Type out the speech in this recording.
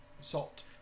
Salt